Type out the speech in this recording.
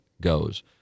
goes